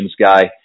guy